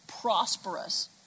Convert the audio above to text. prosperous